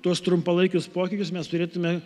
tuos trumpalaikius pokyčius mes turėtume